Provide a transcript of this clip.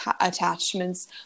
attachments